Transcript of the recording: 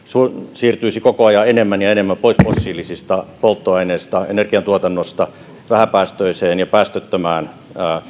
siirtyisi koko ajan enemmän ja enemmän pois fossiilisista polttoaineista energiantuotannossa vähäpäästöiseen ja päästöttömään